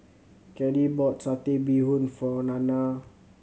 Caddie bought Satay Bee Hoon for Nanna